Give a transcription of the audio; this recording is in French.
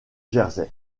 jersey